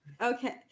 Okay